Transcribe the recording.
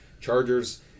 Chargers